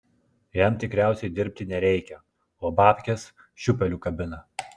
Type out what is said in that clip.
jam tikriausiai dirbti nereikia o babkes šiūpeliu kabina